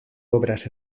obras